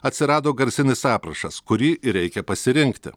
atsirado garsinis aprašas kurį ir reikia pasirinkti